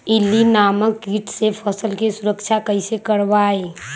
इल्ली नामक किट से फसल के सुरक्षा कैसे करवाईं?